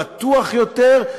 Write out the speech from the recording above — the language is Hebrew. פתוח יותר,